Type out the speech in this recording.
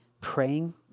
praying